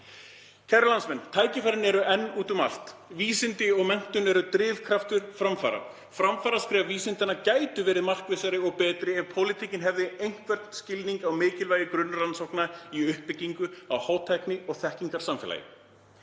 Kæru landsmenn. Tækifærin eru enn úti um allt. Vísindi og menntun eru drifkraftur framfara. Framfaraskref vísindanna gætu verið markvissari og betri ef pólitíkin hefði einhvern skilning á mikilvægi grunnrannsókna í uppbyggingu á hátækni- og þekkingarsamfélagi.